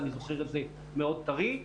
אני זוכר את זה מאוד טרי.